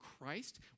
Christ